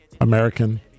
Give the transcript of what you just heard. American